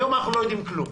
היום אנחנו לא יודעים כלום.